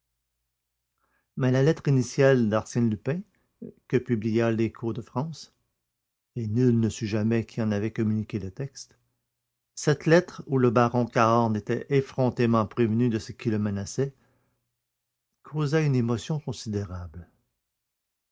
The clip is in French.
mais la lettre initiale d'arsène lupin que publia l'écho de france et nul ne sut jamais qui en avait communiqué le texte cette lettre où le baron cahorn était effrontément prévenu de ce qui le menaçait causa une émotion considérable